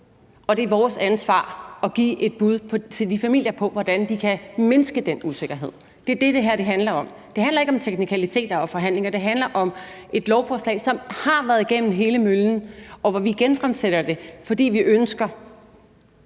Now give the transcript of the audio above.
og det er vores ansvar at give et bud til de familier på, hvordan de kan mindske den usikkerhed. Det er det, det her handler om. Det handler ikke om teknikaliteter og forhandlinger. Det handler om et lovforslag, som har været igennem hele møllen, og som vi genfremsætter, fordi vi ønsker,